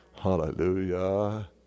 Hallelujah